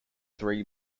three